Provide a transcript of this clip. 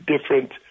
different